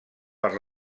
per